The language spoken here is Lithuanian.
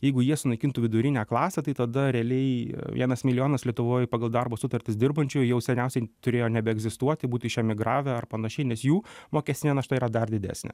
jeigu jie sunaikintų vidurinę klasę tai tada realiai vienas milijonas lietuvoj pagal darbo sutartis dirbančiųjų jau seniausiai turėjo nebeegzistuoti būtų išemigravę ar panašiai nes jų mokestinė našta yra dar didesnė